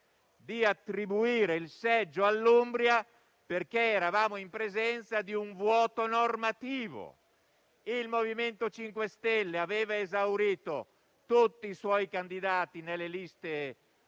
di attribuire il seggio all'Umbria perché eravamo in presenza di un vuoto normativo. Il MoVimento 5 Stelle aveva esaurito tutti i suoi candidati nelle liste